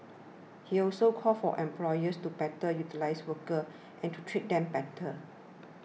he also called for employers to better utilise workers and to treat them better